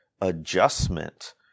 adjustment